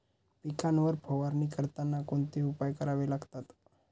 पिकांवर फवारणी करताना कोणते उपाय करावे लागतात?